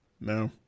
no